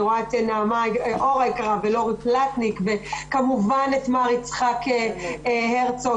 אי רואה את לורי פלטניק וכמובן מר יצחק הרצוג,